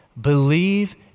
Believe